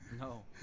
No